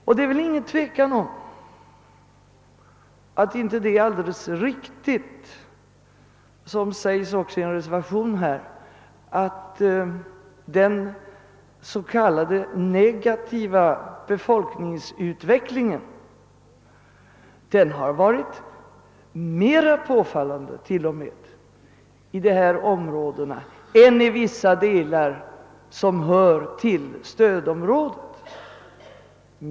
Och det råder inget tvivel om riktigheten i vad som sägs i en reservation, nämligen att den s.k. negativa befolkningsutvecklingen t.o.m. har varit mer påfallande i dessa områden än i vissa delar som hör till stödområdet.